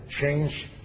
change